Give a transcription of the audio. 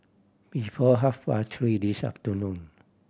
before half past three this afternoon